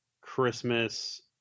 Christmas